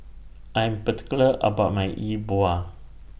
I'm particular about My E Bua